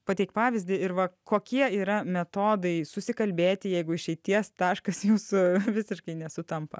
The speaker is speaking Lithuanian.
pateik pavyzdį ir va kokie yra metodai susikalbėti jeigu išeities taškas jūsų visiškai nesutampa